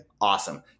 awesome